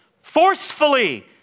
forcefully